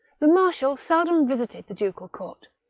the marshal seldom visited the ducal court,